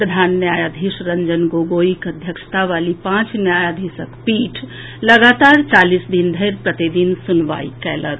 प्रधान न्यायाधीश रंजन गोगोईक अध्यक्षता वाली पांच न्यायाधीशक पीठ लगातार चालीस दिन धरि प्रतिदिन सुनवाई कयलक